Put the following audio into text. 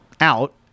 out